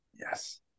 Yes